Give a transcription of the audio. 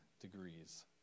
degrees